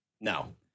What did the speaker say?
no